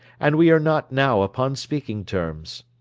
and we are not now upon speaking terms.